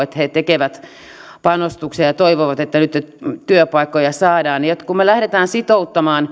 että he tekevät panostuksia ja toivovat nyt että työpaikkoja saadaan ja kun lähdetään sitouttamaan